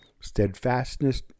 Steadfastness